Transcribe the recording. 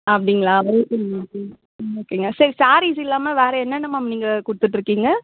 அப்படிங்களா okay ma'am okay ma'am ம் ஓகேங்க சரி ஸேரீஸ் இல்லாமல் வேறு என்னென்ன மேம் நீங்கள் கொடுத்துட்ருக்கீங்க